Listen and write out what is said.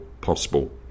possible